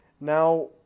Now